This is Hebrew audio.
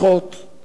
אדוני השר,